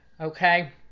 Okay